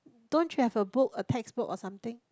don't you have a book a textbook or something